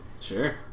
Sure